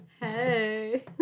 Hey